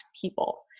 people